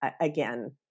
again